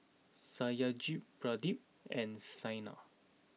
Satyajit Pradip and Saina